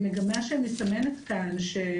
בסופו של יום הגם שמדובר באנשים שיכול להיות שאין